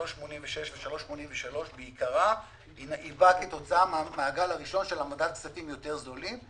3.86% ו-3.83% באה כתוצאה מהגל הראשון של העמדת כספים יותר זולים.